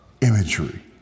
imagery